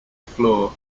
floor